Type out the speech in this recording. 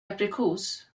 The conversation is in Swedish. aprikos